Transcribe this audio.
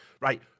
right